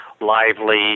lively